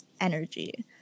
energy